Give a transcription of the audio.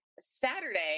Saturday